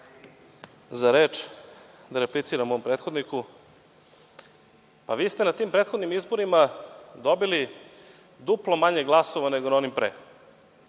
za reč da repliciram mom prethodniku. Pa, vi ste na tim prethodnim izborima dobili duplo manje glasova nego na onima pre